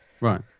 Right